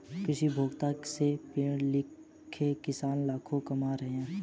कृषिभौतिकी से पढ़े लिखे किसान लाखों कमा रहे हैं